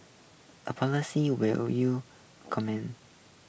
a policy will you champion